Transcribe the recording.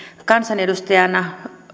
kansanedustajana